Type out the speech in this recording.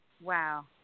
Wow